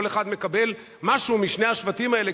כל אחד מקבל משהו משני השבטים האלה,